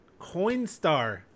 Coinstar